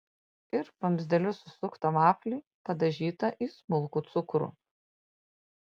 ir vamzdeliu susuktą vaflį padažytą į smulkų cukrų